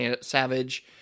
Savage